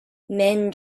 men